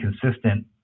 consistent